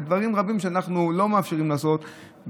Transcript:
דברים רבים אנחנו לא מאפשרים לו לעשות,